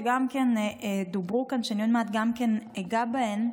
שגם כן דוברו כאן ושאני עוד מעט אגע בהן,